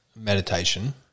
meditation